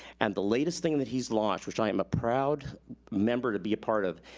and the latest thing that he's launched, which i am a proud member to be a part of,